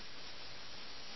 അവർ പൂർണ്ണമായും അജ്ഞരാണ്